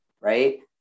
right